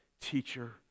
teacher